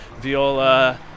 viola